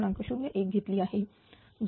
01 घेतली आहे